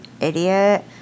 Idiot